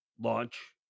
Launch